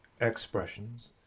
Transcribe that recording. expressions